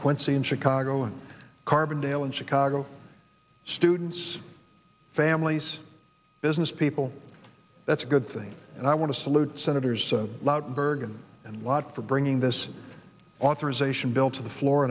quincy in chicago and carbondale in chicago students families business people that's a good thing and i want to salute senators lautenberg and and lot for bringing this authorization bill to the floor